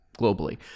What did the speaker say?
globally